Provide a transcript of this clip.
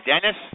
Dennis